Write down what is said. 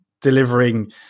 delivering